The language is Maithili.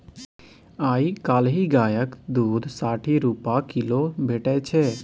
आइ काल्हि गायक दुध साठि रुपा किलो भेटै छै